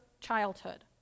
childhood